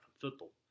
football